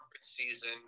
season